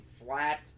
flat